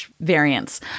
variants